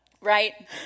Right